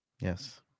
Yes